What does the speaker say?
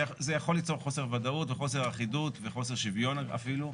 זה יכול ליצור חוסר ודאות וחוסר אחידות וחוסר שוויון אפילו.